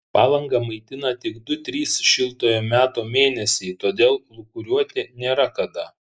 palangą maitina tik du trys šiltojo meto mėnesiai todėl lūkuriuoti nėra kada